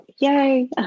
Yay